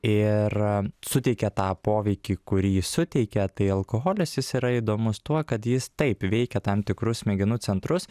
ir suteikia tą poveikį kurį suteikia tai alkoholis jis yra įdomus tuo kad jis taip veikia tam tikrus smegenų centrus